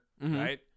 right